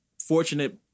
fortunate